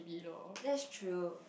that's through